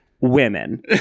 women